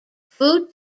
food